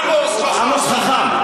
עמוס חכם.